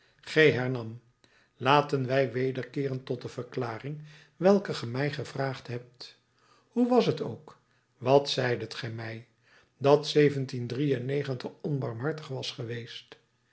laten wij wederkeeren tot de verklaringen welke ge mij gevraagd hebt hoe was t ook wat zeidet ge mij dat onbarmhartig was geweest